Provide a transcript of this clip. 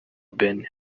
benin